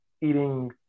eating